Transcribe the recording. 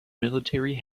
military